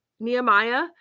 Nehemiah